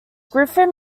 griffin